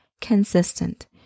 consistent